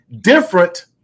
different